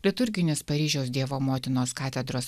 liturginis paryžiaus dievo motinos katedros